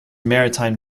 maritime